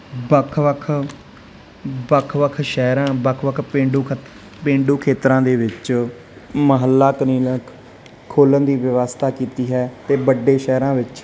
ਵੱਖ ਵੱਖ ਵੱਖ ਵੱਖ ਸ਼ਹਿਰਾਂ ਵੱਖ ਵੱਖ ਪੇਂਡੂ ਖ ਪੇਂਡੂ ਖੇਤਰਾਂ ਦੇ ਵਿੱਚ ਮਹੱਲਾ ਕਲੀਨਕ ਖੋਲ੍ਹਣ ਦੀ ਵਿਵਸਥਾ ਕੀਤੀ ਹੈ ਅਤੇ ਵੱਡੇ ਸ਼ਹਿਰਾਂ ਵਿੱਚ